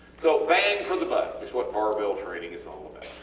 so bang for the buck is what barbell training is all about.